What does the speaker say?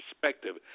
perspective